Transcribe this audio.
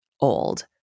old